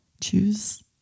Choose